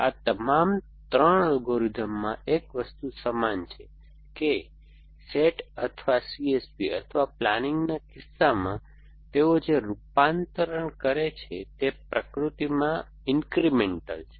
આ તમામ 3 એલ્ગોરિધમ્સમાં એક વસ્તુ સમાન છે કે SAT અથવા CSP અથવા પ્લાનિંગના કિસ્સામાં તેઓ જે રૂપાંતરણ કરે છે તે પ્રકૃતિમાં ઇન્ક્રીમેન્ટલ છે